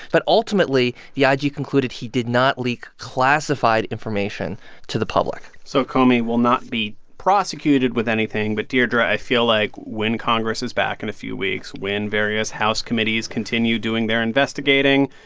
but ultimately, the ah ig concluded he did not leak classified information to the public so comey will not be prosecuted with anything. but, deirdre, i feel like when congress is back in a few weeks, when various house committees continue doing their investigating,